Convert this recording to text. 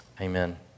Amen